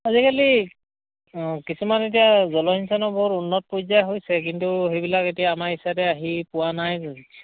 আজিকালি কিছুমান এতিয়া জলসিঞ্চনৰ বৰ উন্নত পৰ্যায় হৈছে কিন্তু সেইবিলাক এতিয়া আমাৰ ইচাইডে আহি পোৱা নাই কিছুমান